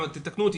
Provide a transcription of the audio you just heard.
תקנו אותי,